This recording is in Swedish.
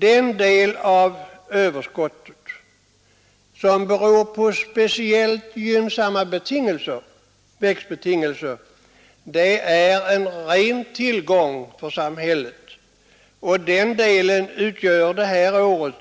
Den del av överskottet som beror på speciellt gynnsamma växtbetingelser är en ren tillgång för samhället, och den delen utgör det här året